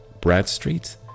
Bradstreet